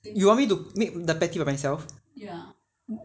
you want me to make the patty by myself